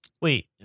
Wait